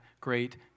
great